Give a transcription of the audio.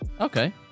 Okay